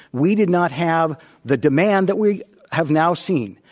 we did not have the demand that we have now seen.